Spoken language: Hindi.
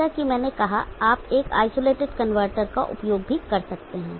जैसा कि मैंने कहा आप एक आइसोलेटेड कनवर्टर का उपयोग भी कर सकते हैं